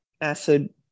acid